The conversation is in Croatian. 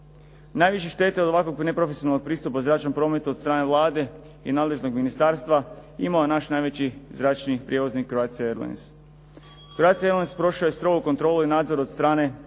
Najviše štete od ovakvog neprofesionalnog pristupa zračnom prometu od strane Vlade i nadležnog ministarstva imao je naš najveći zračni prijevoznik "Croatia airlines". "Croatia airlines" prošao je strogu kontrolu i nadzor od strane